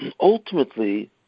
ultimately